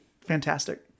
Fantastic